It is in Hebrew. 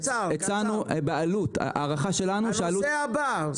תעבור לנושא הבא.